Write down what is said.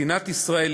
מדינת ישראל,